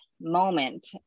moment